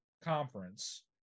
conference